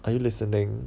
are you listening